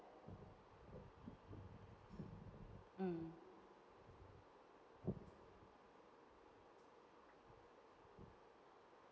mm